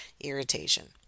irritation